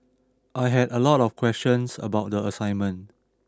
I had a lot of questions about the assignment